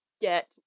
get